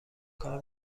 کار